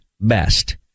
best